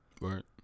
Right